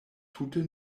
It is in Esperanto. tute